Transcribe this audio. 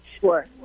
Sure